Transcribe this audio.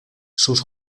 sus